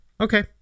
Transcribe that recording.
Okay